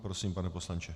Prosím, pane poslanče.